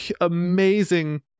amazing